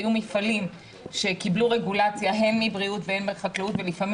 היו מפעלים שקיבלו רגולציה הן מבריאות והן מחקלאות ולפעמים